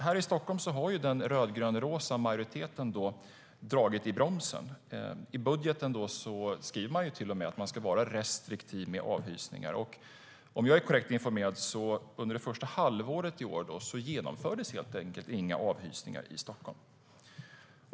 Här i Stockholm har ju den rödgrönrosa majoriteten dragit i bromsen. I budgeten skriver de till och med att man ska vara restriktiv med avhysningar. Om jag är korrekt informerad genomfördes det under det första halvåret i år helt enkelt inga avhysningar i Stockholm.